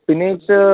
spinach